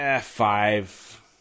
Five